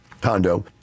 condo